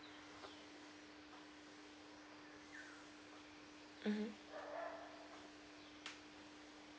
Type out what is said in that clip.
mmhmm